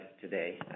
today